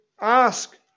Ask